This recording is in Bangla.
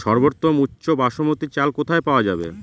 সর্বোওম উচ্চ বাসমতী চাল কোথায় পওয়া যাবে?